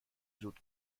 زود